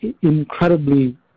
incredibly